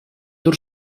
dur